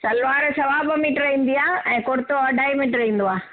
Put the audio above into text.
सलवार सवा ॿ मीटर ईंदी आ ऐं कुर्तो अढाई मीटर ईंदी आ